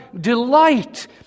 delight